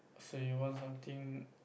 so you want something